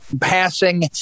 passing